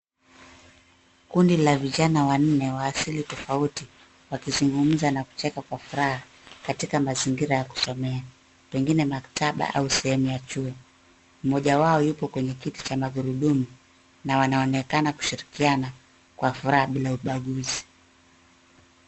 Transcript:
Kundi la vijana wanne wa asili tofauti wakizugumza na kucheka kwa furaha katika mazingira ya kusomea pengine maktaba au sehemu ya chuo. Moja wao yupo kwenye kiti cha magurudumu na wanaonekana kushirikiana kwa furaha bila ubaguzi.